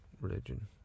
religion